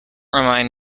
remind